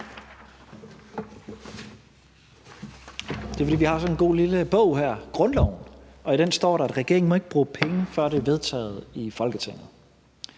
sådan en god lille bog her – grundloven – og i den står der, at regeringen ikke må bruge penge, før det er vedtaget i Folketinget.